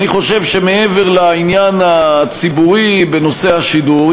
אני חושב שמעבר לעניין הציבורי בנושא השידור,